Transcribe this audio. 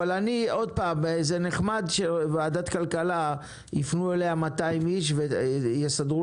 זה נחמד שלוועדת הכלכלה יפנו 200 איש ויסדרו